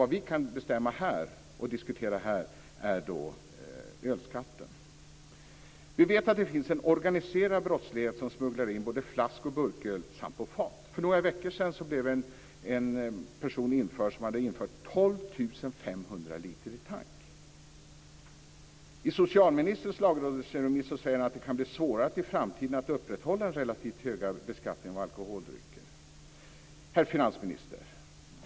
Det vi kan diskutera här är ölskatten. För några veckor sedan blev en person fast som hade infört 12 500 liter i tank. I socialministerns lagrådsremiss säger han att det kan bli svårare i framtiden att upprätthålla den relativt höga beskattningen av alkoholdrycker. Herr finansminister!